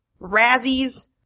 Razzies